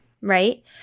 right